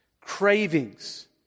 cravings